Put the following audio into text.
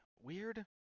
weird